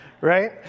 right